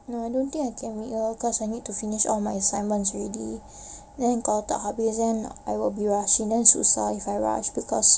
no I don't think I can meet you all because I need to finish all my assignments already then kalau tak habis then I will be rushing then susah if I rush because